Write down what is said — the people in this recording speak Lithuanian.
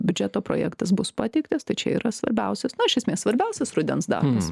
biudžeto projektas bus pateiktas tai čia yra svarbiausias nu iš esmės svarbiausias rudens darbas